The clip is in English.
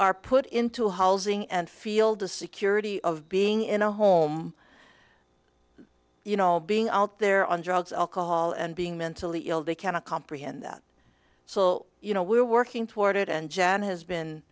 are put into housing and feel the security of being in a home you know being out there on drugs alcohol and being mentally ill they cannot comprehend that so you know we're working toward it and jan has been